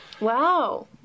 Wow